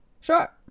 Sure